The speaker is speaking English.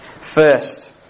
First